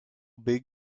big